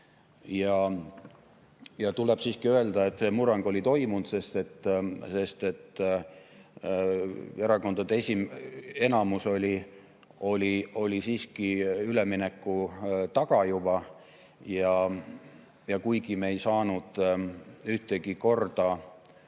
Tuleb siiski öelda, et see murrang oli toimunud, sest erakondade enamus oli siiski juba ülemineku taga. Ja kuigi me ei saanud ühtegi korda